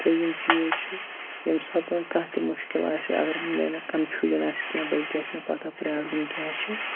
ترٛیٚیِم چیٖز چھِ ییٚمہِ ساتَن کانٛہہ تہِ مُشکِل آسہِ اگر مےٚ نہٕ کَنفیوٗجَن آسہِ کینٛہہ بٔلکہِ آسہِ مےٚ پَتاہ پرٛابلِم کیٛاہ چھِ